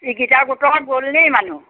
বাকীকেইটা গোটৰ গ'ল নেকি মানুহ